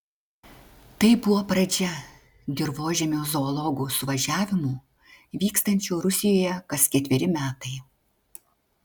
tai buvo pradžia dirvožemio zoologų suvažiavimų vykstančių rusijoje kas ketveri metai